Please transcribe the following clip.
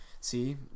see